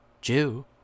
jew